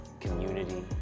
community